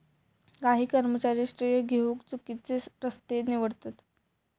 काही कर्मचारी श्रेय घेउक चुकिचे रस्ते निवडतत